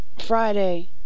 Friday